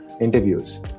interviews